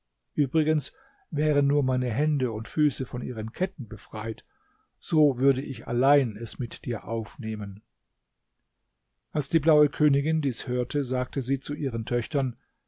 übrigens wären nur meine hände und füße von ihren ketten befreit so würde ich allein es mit dir aufnehmen als die blaue königin dies hörte sagte sie zu ihren töchtern